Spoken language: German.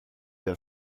der